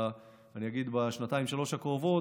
נגיד בשנתיים-שלוש הקרובות,